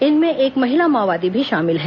इनमें एक महिला माओवादी भी शामिल है